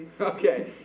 Okay